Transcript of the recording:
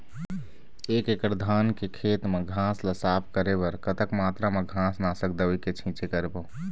एक एकड़ धान के खेत मा घास ला साफ करे बर कतक मात्रा मा घास नासक दवई के छींचे करबो?